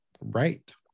right